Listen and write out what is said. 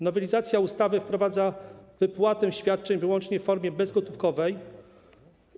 Nowelizacja ustawy wprowadza wypłatę świadczeń wyłącznie w formie bezgotówkowej.